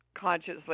consciously